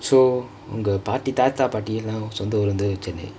so உங்க பாட்டி தாத்தா எல்லா சொந்த ஊறு:ungka paati thaathaa paati ellaa sontha uru chennai